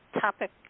topic